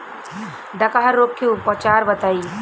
डकहा रोग के उपचार बताई?